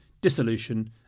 dissolution